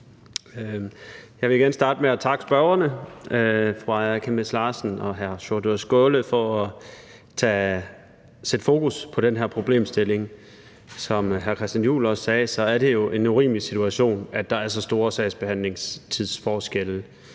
Jeg vil gerne starte med at takke forespørgerne, fru Aaja Chemnitz Larsen og hr. Sjúrður Skaale, for at sætte fokus på den her problemstilling. Som hr. Christian Juhl også sagde, er det jo en urimelig situation, at der er så store sagsbehandlingstidsforskelle